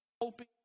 hoping